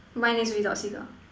mine is without seagull